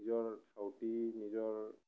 নিজৰ অতি নিজৰ